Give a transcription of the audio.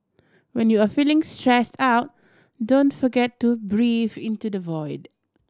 when you are feeling stressed out don't forget to breathe into the void